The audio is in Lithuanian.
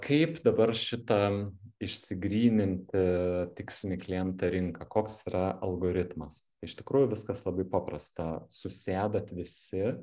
kaip dabar šitą išsigryninti tikslinį klientą rinką koks yra algoritmas iš tikrųjų viskas labai paprasta susėdat visi